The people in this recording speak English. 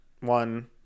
one